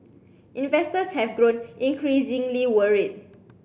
investors have grown increasingly worried